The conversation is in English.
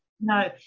no